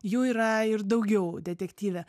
jų yra ir daugiau detektyve